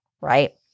right